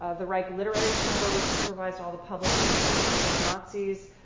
ah the reich literary chamber, which supervised all the publishing under the nazis,